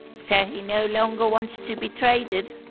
so he no longer wants to be traded?